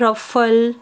raffles